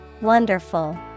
Wonderful